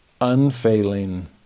unfailing